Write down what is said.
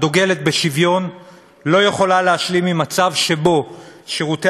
הדוגלת בשוויון אינה יכולה להשלים עם מצב שבו שירותי